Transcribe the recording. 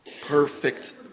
perfect